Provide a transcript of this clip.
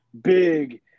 big